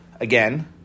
again